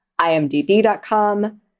IMDb.com